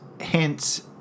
hence